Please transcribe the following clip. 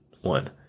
one